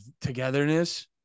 togetherness